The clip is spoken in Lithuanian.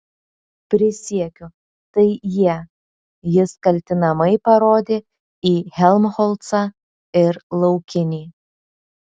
prisiekiu tai jie jis kaltinamai parodė į helmholcą ir laukinį